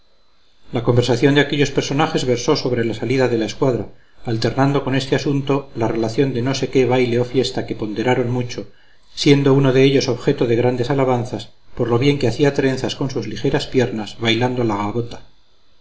la conversación de aquellos personajes versó sobre la salida de la escuadra alternando con este asunto la relación de no sé qué baile o fiesta que ponderaron mucho siendo uno de ellos objeto de grandes alabanzas por lo bien que hacía trenzas con sus ligeras piernas bailando la gavota